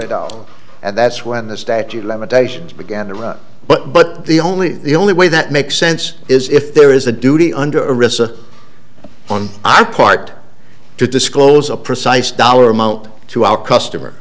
it all and that's when the statute of limitations began to run but but the only the only way that makes sense is if there is a duty under a risk on our part to disclose a precise dollar amount to our customer